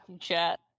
chat